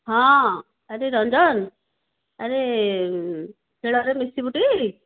ହଁ ଆରେ ରଞ୍ଜନ ଆରେ ଖେଳରେ ମିଶିବୁ ଟି